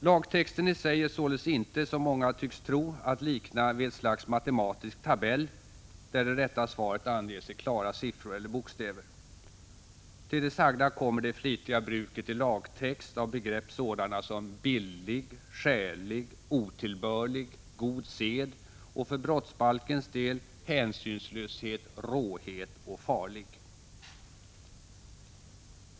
Lagtexten i sig är således inte, som många tycks tro, att likna vid ett slags matematisk tabell, där det rätta svaret anges i klara siffror eller bokstäver. Till det sagda kommer det flitiga bruket i lagtext av begrepp sådana som billig, skälig, otillbörlig, god sed, och, för brottsbalkens del, hänsynslöshet, råhet och farlig.